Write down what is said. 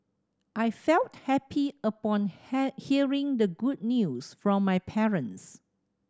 I felt happy upon had hearing the good news from my parents